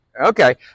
Okay